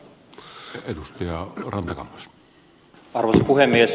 mustajärven ja ed